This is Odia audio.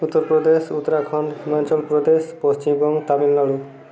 ଉତ୍ତରପ୍ରଦେଶ ଉତ୍ତରାଖଣ୍ଡ ହିମାଞ୍ଚଳ ପ୍ରଦେଶ ପଶ୍ଚିମବଙ୍ଗ ତାମିଲନାଡ଼ୁ